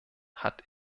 hat